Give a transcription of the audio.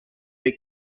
big